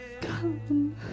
Come